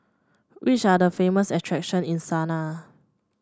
which are the famous attraction in Sanaa